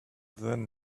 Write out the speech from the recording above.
then